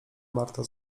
marta